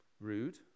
Rude